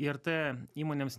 irt įmonėms